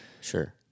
Sure